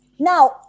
Now